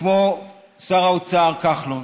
וכמו שר האוצר כחלון.